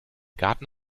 garten